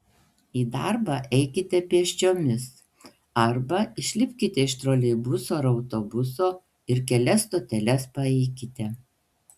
į darbą eikite pėsčiomis arba išlipkite iš troleibuso ar autobuso ir kelias stoteles paeikite